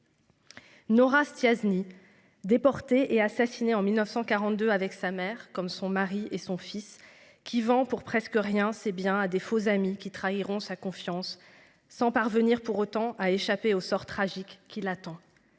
Nos races Tiznit déporté et assassiné en 1942 avec sa mère, comme son mari et son fils qui vend pour presque rien, c'est bien à des faux amis qui travailleront sa confiance sans parvenir pour autant à échapper au sort tragique qui l'attend.